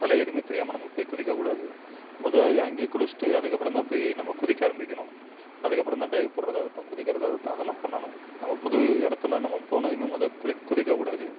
அதெலாம் எதுமே தெரியாமல் நம்ம போய் குதிக்கக்கூடாது முத இறங்கி குளிச்சிட்டு அதுக்கப்புறம் தான் போய் நம்ம குதிக்க ஆரம்பிக்கணும் அதுக்கப்புறம் தான் டைவ் போடுறதாகட்டும் குதிக்கிறதாகட்டும் அதெலாம் பண்ணணும் நம்ம புது இடத்துல நம்ம போனதுமே முத குளிக் குதிக்கக்கூடாது